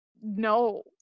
no